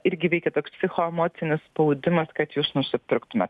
irgi veikia toks psichoemocinis spaudimas kad jūs nusipirktumėt